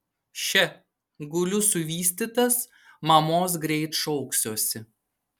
še guliu suvystytas mamos greit šauksiuosi